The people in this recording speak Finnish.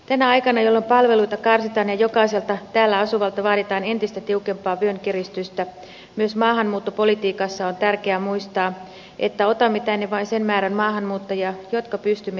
tänä aikana jolloin palveluita karsitaan ja jokaiselta täällä asuvalta vaaditaan entistä tiukempaa vyön kiristystä myös maahanmuuttopolitiikassa on tärkeää muistaa että otamme tänne maahanmuuttajia vain sen määrän jonka pystymme integroimaan